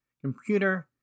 computer